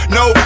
no